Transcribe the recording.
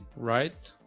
write